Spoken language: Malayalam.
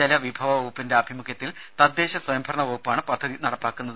ജലവിഭവ വകുപ്പിന്റെ ആഭിമുഖ്യത്തിൽ തദ്ദേശ സ്വയംഭരണ വകുപ്പാണ് പദ്ധതി നടപ്പാക്കുന്നത്